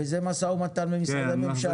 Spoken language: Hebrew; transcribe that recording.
וזה משא ומתן עם משרדי ממשלה.